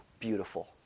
Beautiful